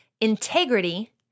integrity